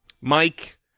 Mike